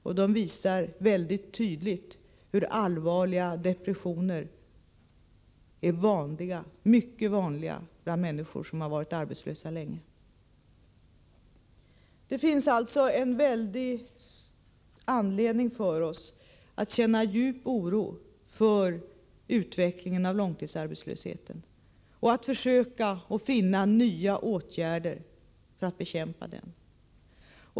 Av dessa framgår mycket tydligt att allvarliga depressioner är oerhört vanliga bland människor som varit arbetslösa länge. Det finns alltså stor anledning för oss att känna djup oro för utvecklingen av långtidsarbetslösheten — och att försöka finna nya åtgärder för att bekämpa den.